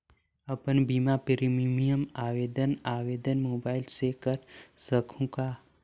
अपन बीमा प्रीमियम आवेदन आवेदन मोबाइल से कर सकहुं का?